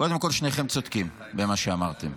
קודם כול, שניכם צודקים במה שאמרתם.